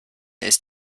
ist